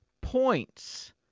points